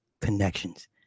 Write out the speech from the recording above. connections